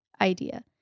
idea